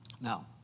Now